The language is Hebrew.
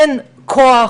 אין כוח